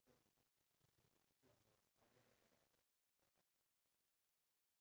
I would actually bring the lifestraw you heard about the lifestraw before